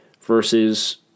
versus